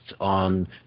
on